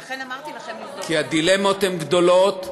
כי הדילמות הן גדולות.